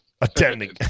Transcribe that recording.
Attending